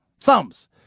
thumbs